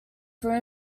threw